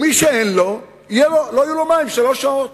ומי שאין לו, לא יהיו לו מים שלוש שעות.